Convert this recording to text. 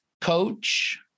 coach